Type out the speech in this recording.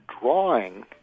drawing